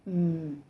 mm